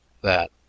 That